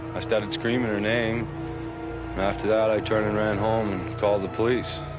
i started screaming her name. and after that i turned and ran home to call the police.